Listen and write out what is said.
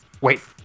Wait